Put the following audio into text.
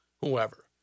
whoever